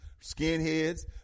skinheads